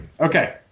okay